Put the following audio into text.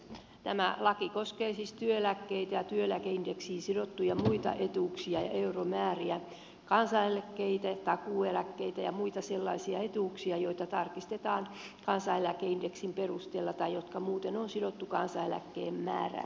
tämä laki koskee siis työeläkkeitä ja työeläkeindeksiin sidottuja muita etuuksia ja euromääriä kansaneläkkeitä takuueläkkeitä ja muita sellaisia etuuksia joita tarkistetaan kansaneläkeindeksin perusteella tai jotka muuten on sidottu kansaneläkkeen määrään